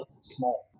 small